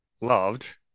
loved